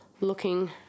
looking